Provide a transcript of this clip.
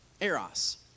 eros